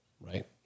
right